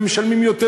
ומשלמים יותר,